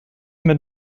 mit